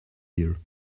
here